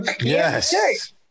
Yes